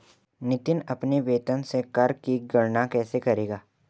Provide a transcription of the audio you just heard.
नितिन अपने वेतन से कर की गणना कैसे करेगा?